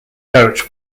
coach